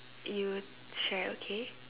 you share okay